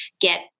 get